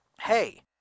hey